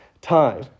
time